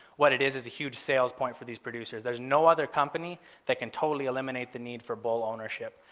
what it is, is a huge sales point for these producers. there's no other company that can totally eliminate the need for bull ownership.